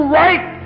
right